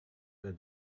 where